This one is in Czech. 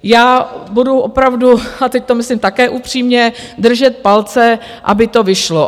Já budu opravdu a teď to myslím také upřímně držet palce, aby to vyšlo.